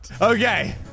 Okay